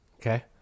okay